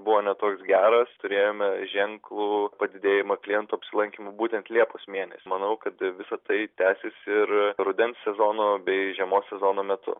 buvo ne toks geras turėjome ženklų padidėjimą klientų apsilankymų būtent liepos mėnesį manau kad visa tai tęsis ir rudens sezono bei žiemos sezono metu